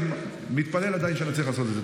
אני מתפלל עדיין שנצליח לעשות את זה.